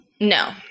no